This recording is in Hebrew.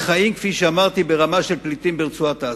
מחיים, כפי שאמרתי, ברמה של פליטים ברצועת-עזה,